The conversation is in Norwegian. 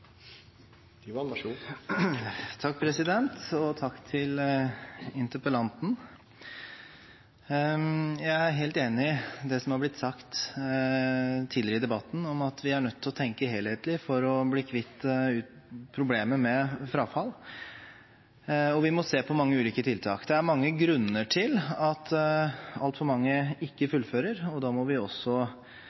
helt enig i det som har blitt sagt tidligere i debatten om at vi er nødt til å tenke helhetlig for å bli kvitt problemet med frafall, og vi må se på mange ulike tiltak. Det er mange grunner til at altfor mange ikke fullfører, og da må vi